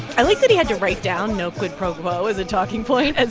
i like that he had to write down no quid pro quo as a talking point, as